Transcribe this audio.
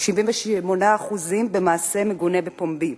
ב-78% מעשה מגונה בפומבי,